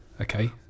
Okay